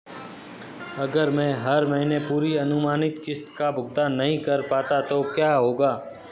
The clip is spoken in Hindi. अगर मैं हर महीने पूरी अनुमानित किश्त का भुगतान नहीं कर पाता तो क्या होगा?